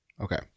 Okay